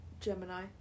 Gemini